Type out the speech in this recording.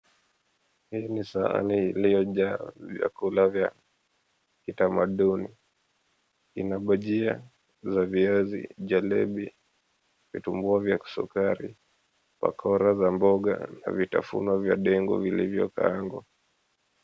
Hii ni sahani iliyojaa vyakula vya kitamaduni. Ina bajia za viazi, jalebi, vitumbua za sukari, bakora za mboga na vitafuno vya dengu vilivyokaangwa.